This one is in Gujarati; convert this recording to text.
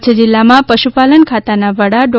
કચ્છ જિલ્લામાં પશુપાલન ખાતાના વડા ડો